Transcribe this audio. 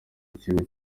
w’ikigo